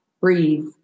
breathe